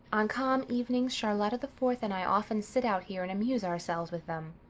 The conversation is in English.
on calm evenings charlotta the fourth and i often sit out here and amuse ourselves with them.